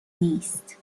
نیست